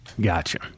Gotcha